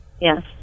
Yes